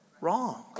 Wrong